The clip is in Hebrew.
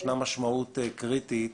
ישנה משמעות קריטית,